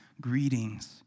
greetings